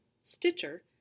stitcher